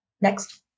Next